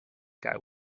guy